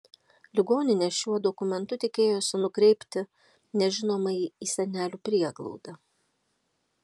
ligoninė šiuo dokumentu tikėjosi nukreipti nežinomąjį į senelių prieglaudą